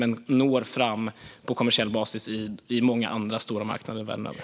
Men solkraften når fram på kommersiell basis på många andra stora marknader världen över.